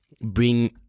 bring